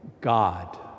God